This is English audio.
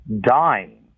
dying